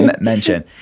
mention